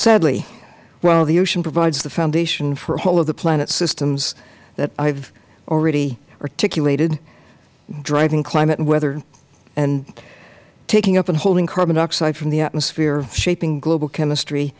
sadly while the ocean provides the foundation for all of the planet's systems that i have already articulated driving climate and weather and taking up and holding carbon dioxide from the atmosphere shaping global chemistry